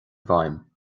bhfeidhm